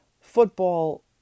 Football